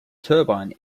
turbine